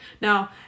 Now